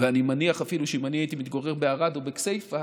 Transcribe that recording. אני מניח אפילו שאם אני הייתי מתגורר בערד או בכסייפה